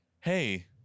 Hey